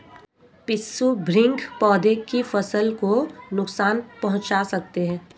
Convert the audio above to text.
पिस्सू भृंग पौधे की फसल को नुकसान पहुंचा सकते हैं